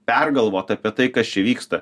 pergalvot apie tai kas čia vyksta